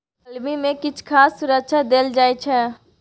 कलमी मे किछ खास सुरक्षा देल जाइ छै